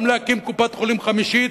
גם להקים קופת-חולים חמישית